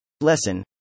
Lesson